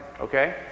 Okay